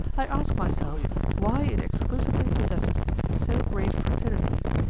i ask myself why it exclusively possesses so great fertility,